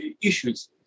issues